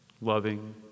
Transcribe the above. loving